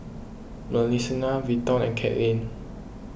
Marcelina Vinton and Cathleen